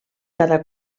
cada